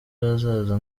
hazaza